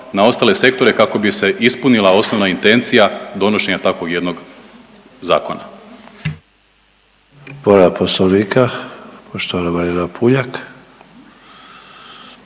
na ostale sektore kako bi se ispunila osnovna intencija donošenja takvog jednog zakona.